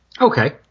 Okay